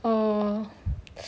err